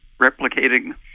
replicating